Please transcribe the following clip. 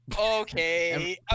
Okay